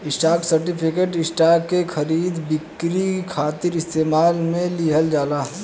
stock certificate, stock के खरीद बिक्री खातिर इस्तेमाल में लिहल जाला